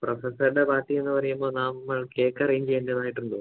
പ്രൊഫസറുടെ party എന്ന് പറയുമ്പോൾ നമ്മൾ കേക്ക് അറേഞ്ച് ചെയ്യേണ്ടതായിട്ടുണ്ടോ